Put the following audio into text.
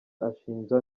ashinja